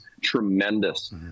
tremendous